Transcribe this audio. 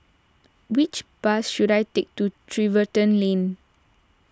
which bus should I take to Lane